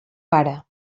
pare